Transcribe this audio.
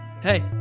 hey